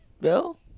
Bill